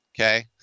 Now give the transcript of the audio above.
Okay